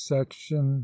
Section